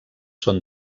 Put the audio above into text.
són